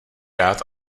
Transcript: rád